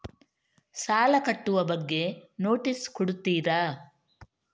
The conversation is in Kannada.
ಸಾಲ ಕಟ್ಟುವ ಬಗ್ಗೆ ನೋಟಿಸ್ ಕೊಡುತ್ತೀರ?